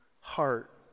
heart